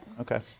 Okay